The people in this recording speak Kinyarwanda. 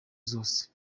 zose